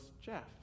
Jeff